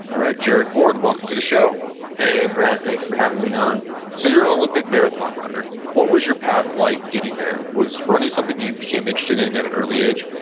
alright, jared ward, welcome to the show hey brett, thanks for having me on so you're an olympic marathon runner. runner. what was your path like getting there? was running something you became interested in at an early age?